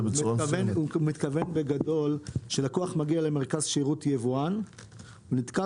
המטרה היא שאיפה שפוגעים בייבוא מקביל נוכל